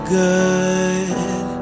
good